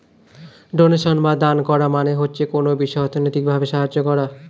donation বা দান করা মানে হচ্ছে কোনো বিষয়ে অর্থনৈতিক ভাবে সাহায্য করা